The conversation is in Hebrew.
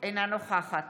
אינה נוכחת